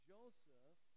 Joseph